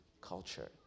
culture